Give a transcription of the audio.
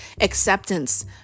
acceptance